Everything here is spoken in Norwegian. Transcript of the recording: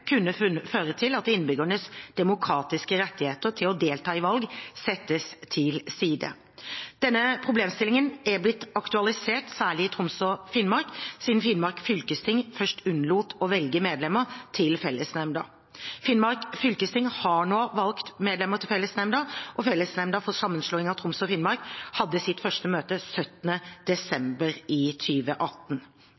kunne føre til at innbyggernes demokratiske rettigheter til å delta i valg settes til side. Denne problemstillingen er blitt aktualisert særlig i Troms og Finnmark, siden Finnmark fylkesting først unnlot å velge medlemmer til fellesnemnda. Finnmark fylkesting har nå valgt medlemmer til fellesnemnda, og fellesnemnda for sammenslåing av Troms og Finnmark hadde sitt første møte